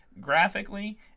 graphically